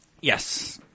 Yes